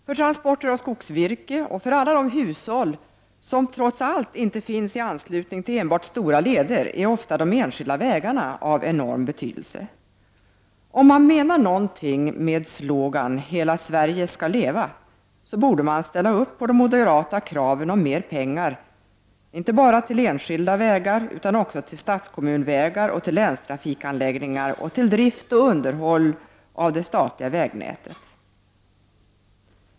För transporter av skogsvirke, och för alla de hushåll som trots allt inte befinner sig i anslutning till enbart stora leder, är ofta de enskilda vägarna av enorm betydelse. Om man menar någonting med sin slogan Hela Sverige skall leva, så borde man ställa upp på de moderata kraven om mer pengar inte bara till enskilda vägar utan också till statskommunvägar, till länstrafikanläggningar och till drift och underhåll av det statliga vägnätet.